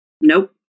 Nope